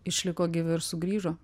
išliko gyvi ir sugrįžo